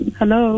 Hello